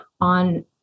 on